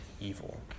evil